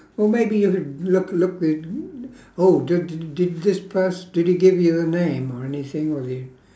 well maybe look look at oh did did this pers~ did he give you a name or anything was he